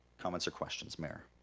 comments or questions, mayor?